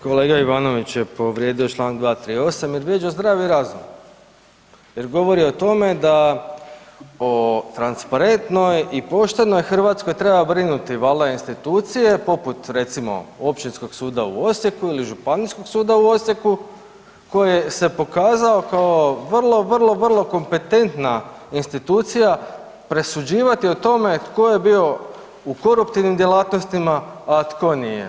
Kolega Ivanović je povrijedio čl. 238. jer vrijeđa zdravi razum jer govori o tome da o transparentnoj i poštenoj Hrvatskoj treba brinuti valjda institucije poput recimo Općinskog suda u Osijeku ili Županijskog suda u Osijeku koji se pokazao kao vrlo, vrlo, vrlo kompetentna institucija presuđivati o tome tko je bio u koruptivnim djelatnostima, a tko nije.